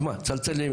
למי תצלצל?